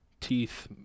teeth